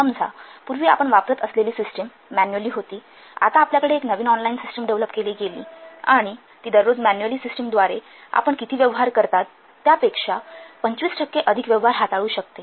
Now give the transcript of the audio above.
समजा पूर्वी आपण वापरत असलेली सिस्टिम मॅनुअल्ली होती आता आपल्याकडे एक नवीन ऑनलाईन सिस्टिम डेव्हलप केली गेली आणि ती दररोज मॅनुअल्ली सिस्टिमद्वारे आपण किती व्यवहार करतात त्यापेक्षा २५ टक्के अधिक व्यवहार हाताळू शकते